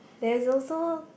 there is also